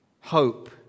hope